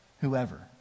whoever